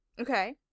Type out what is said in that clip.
Okay